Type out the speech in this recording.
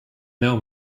know